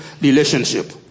relationship